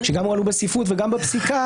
שגם הועלו בספרות וגם בפסיקה,